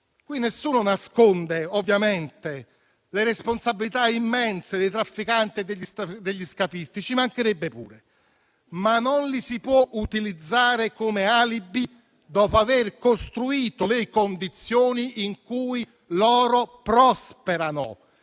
Qui nessuno nasconde, ovviamente, le responsabilità immense dei trafficanti e degli scafisti, ci mancherebbe. Non li si può però utilizzare come alibi, dopo aver costruito le condizioni in cui prosperano: